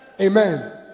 Amen